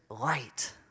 light